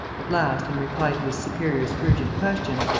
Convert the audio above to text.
at last, in reply to his superior's urgent questions,